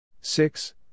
Six